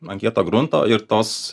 an kieto grunto ir tos